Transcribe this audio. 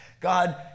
God